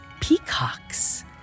peacock's